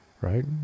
right